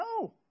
No